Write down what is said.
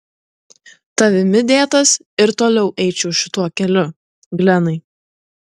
tavimi dėtas ir toliau eičiau šituo keliu glenai